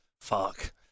Fuck